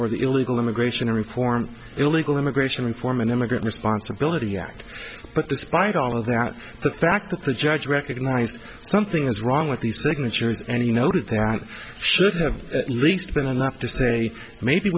or the illegal immigration reform illegal immigration reform and immigrant responsibility act but despite all of that the fact that the judge recognized something was wrong with these signatures and you noted that it should have at least been enough to say maybe